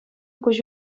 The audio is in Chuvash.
куҫ